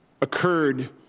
occurred